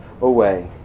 away